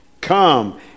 Come